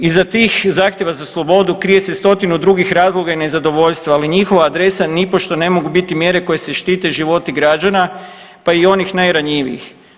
Iza tih zahtjeva za slobodu krije se stotinu drugih razloga i nezadovoljstva, ali njihova adresa nipošto ne mogu biti mjere koje se štite životi građana, pa i onih najranjivijih.